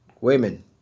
Women